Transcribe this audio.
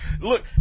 Look